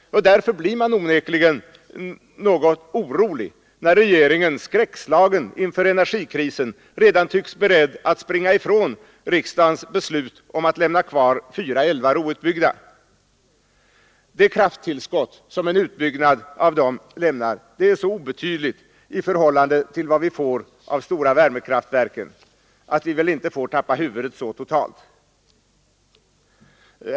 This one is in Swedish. Därför blir man onekligen något orolig när regeringen skräckslagen inför energikrisen redan tycks vara beredd att springa ifrån riksdagens beslut att lämna kvar fyra älvar outbyggda. Det krafttillskott som en utbyggnad av dessa älvar skulle lämna är så obetydligt i förhållande till vad vi får av stora värmekraftverk, att vi inte totalt får tappa huvudet.